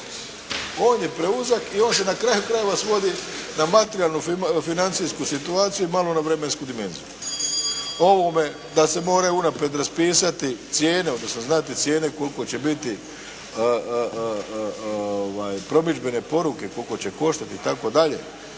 On je preuzak i on se na kraju krajeva svodi na materijalnu financijsku situaciju i malo na vremensku dimenziju. O ovome da se moraju unaprijed raspisati cijene, odnosno znati cijene koliko će biti promidžbene poruke koliko će koštati itd.